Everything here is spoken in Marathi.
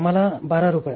आम्हाला 12 रुपये